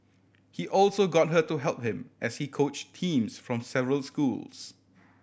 he also got her to help him as he coach teams from several schools